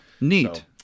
Neat